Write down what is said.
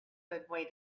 avoid